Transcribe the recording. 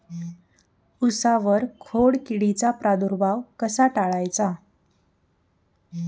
उसावर खोडकिडीचा प्रादुर्भाव कसा टाळायचा?